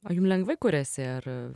o jum lengvai kuriasi ar